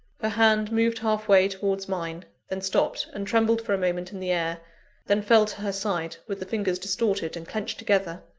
her hand moved halfway towards mine then stopped, and trembled for a moment in the air then fell to her side, with the fingers distorted and clenched together.